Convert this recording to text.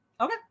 Okay